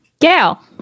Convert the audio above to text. Gail